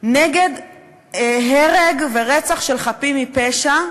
נגד הרג ורצח של חפים מפשע,